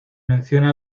menciona